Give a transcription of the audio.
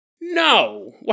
No